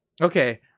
okay